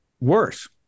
worse